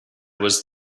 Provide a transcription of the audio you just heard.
was